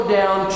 down